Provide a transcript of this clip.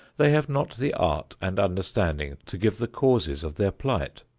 they have not the art and understanding to give the causes of their plight.